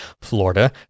Florida